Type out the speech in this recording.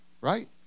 Right